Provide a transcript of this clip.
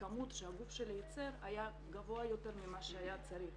הכמות שהגוף שלי ייצר הייתה גבוהה יותר מכפי שהיה צריך.